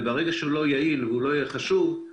וברגע שהוא לא יהיה יעיל לעצור אותו כמובן.